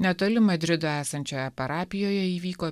netoli madrido esančioje parapijoje įvyko